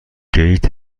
گیت